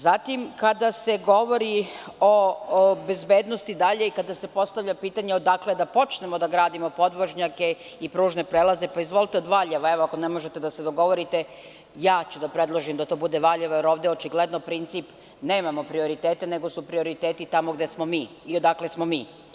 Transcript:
Zatim, kada se govori o bezbednosti dalje i kada se postavlja pitanje da počnemo da gradimo podvožnjake i pružne prelaze, pa izvolite od Valjeva, ako ne možete da se dogovorite, ja ću da predložim da to bude Valjevo, jer ovde je očigledno princip – nemamo prioritete, nego su prioriteti tamo gde smo mi i odakle smo mi.